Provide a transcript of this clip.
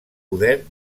poder